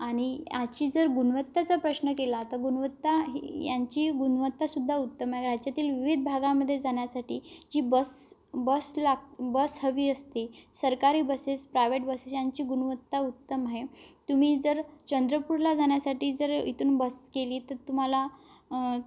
आणि याची जर गुणवत्ताचा प्रश्न केला तर गुणवत्ता ही यांची गुणवत्तासुद्धा उत्तम आहे राज्यातील विविध भागामध्ये जाण्या्साठी जी बस बस लाग बस हवी असते सरकारी बसेस प्रायवेट बसेस यांची गुणवत्ता उत्तम आहे तुम्ही जर चंद्रपूरला जाण्यासाठी जर इथून बस केली तर तुम्हाला